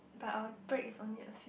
but our break is only a few